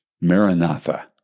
Maranatha